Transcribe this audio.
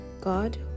God